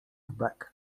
bek